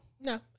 No